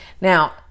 now